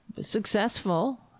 successful